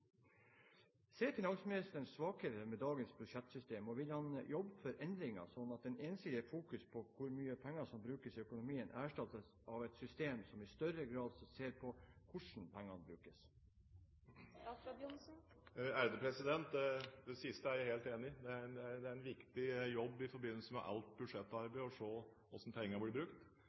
Ser finansministeren svakheter med dagens budsjettsystem? Vil han jobbe for endringer slik at det ensidige fokuset på hvor mye penger som brukes i økonomien, erstattes av et system hvor man i større grad ser på hvordan pengene brukes? Det siste er jeg helt enig i. Det er en viktig jobb i forbindelse med alt budsjettarbeid å se på hvordan pengene blir brukt,